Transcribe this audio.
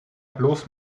bloß